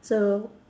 so